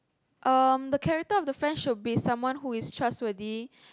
um the character of the friend should be someone who is trustworthy